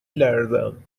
لرزم